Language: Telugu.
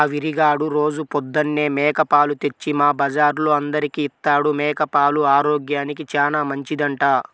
ఆ వీరిగాడు రోజూ పొద్దన్నే మేక పాలు తెచ్చి మా బజార్లో అందరికీ ఇత్తాడు, మేక పాలు ఆరోగ్యానికి చానా మంచిదంట